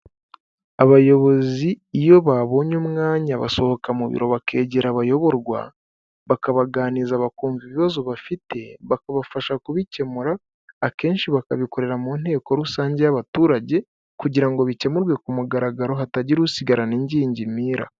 Abayobozi iyo babonye umwanya basohoka mu biro bakegera abayoborwa, bakabaganiza bakumva ibibazo bafite bakabafasha kubikemura, akenshi bakabikorera mu nteko rusange y'abaturage, kugira ngo bikemurwe ku mugaragaro hatagira usigarana ingingimira.